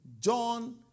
John